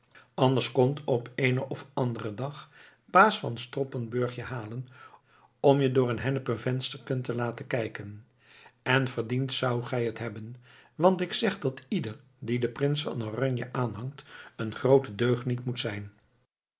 anders komt op den eenen of anderen dag baas van stroppenburg je halen om je door een hennepen vensterken te laten kijken en verdiend zoudt gij het hebben want ik zeg dat ieder die den prins van oranje aanhangt een groote deugniet moet zijn